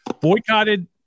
boycotted